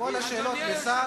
כל השאלות לשר,